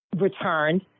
returned